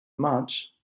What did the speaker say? much